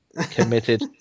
committed